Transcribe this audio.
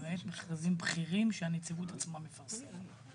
למעט מכרזים בכירים שהנציבות עצמה מפרסמת.